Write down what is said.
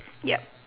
yup